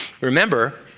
Remember